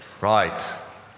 Right